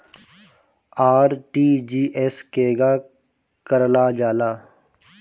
RTGS केगा करलऽ जाला?